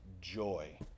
joy